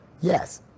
Yes